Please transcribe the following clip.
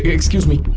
excuse me.